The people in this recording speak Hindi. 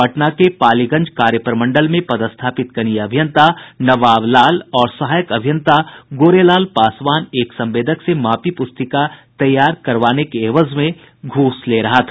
पटना के पालीगंज कार्य प्रमंडल में पदस्थापित कनीय अभियंता नवाब लाल और सहायक अभियंता गोरेलाल पासवान एक संवेदक से मापी पुस्तिका तैयार करवाने के एवज में घूस ले रहा था